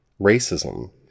racism